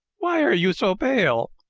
why are you so pale?